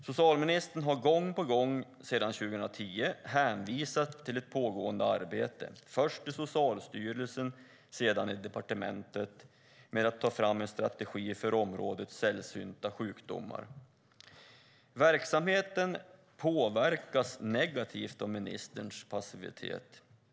Socialministern har gång på gång sedan 2010 hänvisat till ett pågående arbete, först i Socialstyrelsen, sedan i departementet, med att ta fram en strategi för området sällsynta sjukdomar. Verksamheten påverkas negativt av ministerns passivitet.